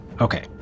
Okay